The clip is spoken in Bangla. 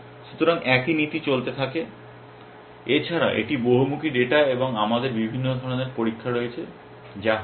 সুতরাং একই নীতি চলতে থাকে এছাড়া এটি বহুমুখী ডেটা এবং আমাদের বিভিন্ন ধরণের পরীক্ষা রয়েছে যা হচ্ছে